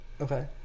Okay